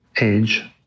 age